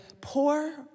poor